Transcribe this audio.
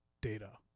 data